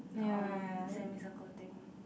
um semicircle thing